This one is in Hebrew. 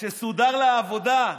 שסודרה לה עבודה: